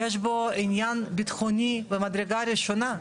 יש בו עניין בטחוני ממדרגה ראשונה.